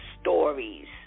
stories